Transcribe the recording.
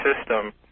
system